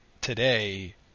today